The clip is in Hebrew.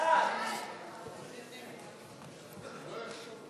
תקציבי 60, חינוך,